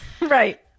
right